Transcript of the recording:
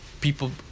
people